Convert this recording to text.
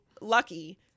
lucky